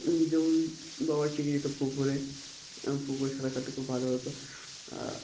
যেমন বাবা শিখিয়ে দিত পুকুরে পুকুরে সাঁতার কাটতে খুব ভালো হতো